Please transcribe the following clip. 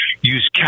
use